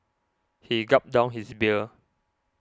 he gulped down his beer